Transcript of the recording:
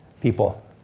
people